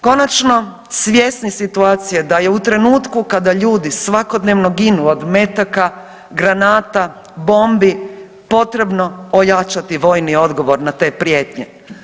Konačno svjesni situacije da je u trenutku kada ljudi svakodnevno ginu od metaka, granata, bombi potrebno ojačati vojni odgovor na te prijetnje.